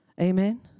Amen